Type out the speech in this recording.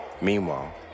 Meanwhile